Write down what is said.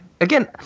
Again